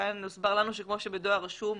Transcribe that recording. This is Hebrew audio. כאן הוסבר לנו שכמו שבדואר רשום,